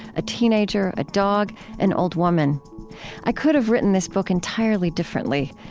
a teenager, a dog, an old woman i could have written this book entirely differently,